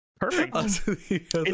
Perfect